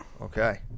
okay